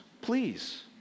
please